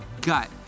gut